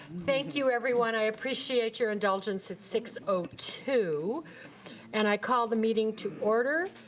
thank you everyone, i appreciate your indulgence. it's six two and i call the meeting to order.